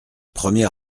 premier